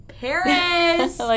Paris